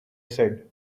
said